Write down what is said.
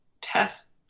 test